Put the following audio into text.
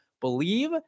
believe